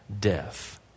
death